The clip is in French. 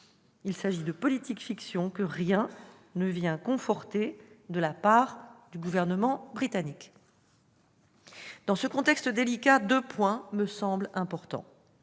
scénario de politique-fiction, que rien ne vient conforter de la part du Gouvernement britannique. Dans ce contexte délicat, deux points me semblent importants.